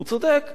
הוא צודק,